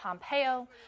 Pompeo